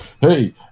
hey